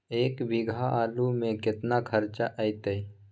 एक बीघा आलू में केतना खर्चा अतै?